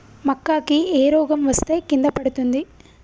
మక్కా కి ఏ రోగం వస్తే కింద పడుతుంది?